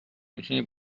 میتونی